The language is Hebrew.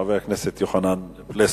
חבר הכנסת יוחנן פלסנר.